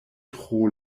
tro